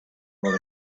able